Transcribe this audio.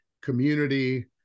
community